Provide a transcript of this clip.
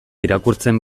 irakurtzen